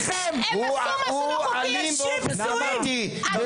הוא אלים באופן שיטתי -- זה גוף חינוכי זה לא מקובל,